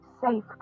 Safe